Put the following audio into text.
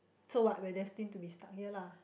so what we're destined to be stuck here lah